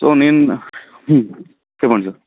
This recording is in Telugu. సో నేను చెప్పండి సార్